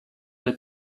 des